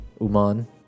Uman